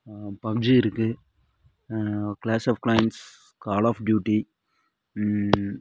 PUBG இருக்குது clash of clans call of duty